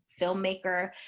filmmaker